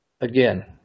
again